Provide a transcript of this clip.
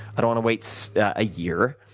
i don't want to wait so a year.